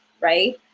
right